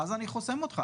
אז אנחנו אומרים,